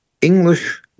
English